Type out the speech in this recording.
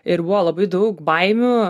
ir buvo labai daug baimių